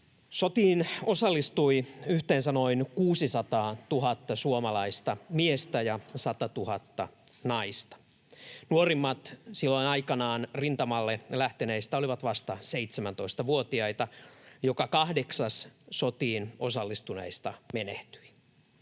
Sotiin osallistui yhteensä noin 600 000 suomalaista miestä ja 100 000 naista. Nuorimmat silloin aikanaan rintamalle lähteneistä olivat vasta 17-vuotiaita. Joka kahdeksas sotiin osallistuneista menehtyi.